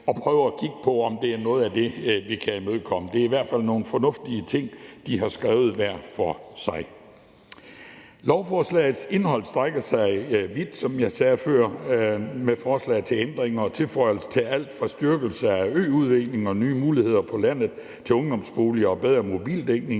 prøve at kigge på, om der er noget af det, vi kan imødekomme. Det er i hvert fald nogle fornuftige ting, de har skrevet hver for sig. Lovforslagets indhold strækker sig vidt, som jeg sagde før, med forslag til ændringer og tilføjelser til alt fra styrkelse af øudvikling og nye muligheder på landet til ungdomsboliger og bedre mobildækning